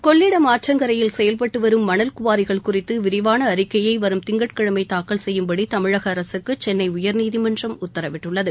கொள்ளிடம் ஆற்றங்கரையில் செயல்பட்டுவரும் மணல் குவாரிகள் குறித்து விரிவான அறிக்கையை வரும் திங்கட்கிழமை தாக்கல் செய்யும்படி தமிழக அரசுக்கு சென்னை உயர்நீதிமன்றம் உத்தரவிட்டுள்ளது